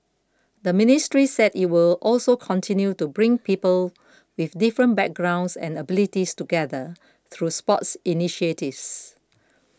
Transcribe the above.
the ministry said it will also continue to bring people with different backgrounds and abilities together through sports initiatives